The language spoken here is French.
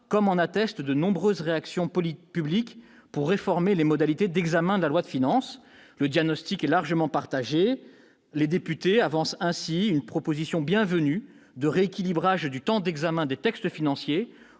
comme l'attestent les nombreux appels publics à réformer les modalités d'examen de la loi de finances. Le diagnostic est largement partagé. Les députés avancent ainsi une proposition bienvenue de rééquilibrage du temps d'examen des textes financiers,